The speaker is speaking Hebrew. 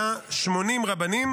היה 80 רבנים